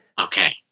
Okay